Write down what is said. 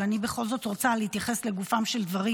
אבל אני בכל זאת רוצה להתייחס לגופם של דברים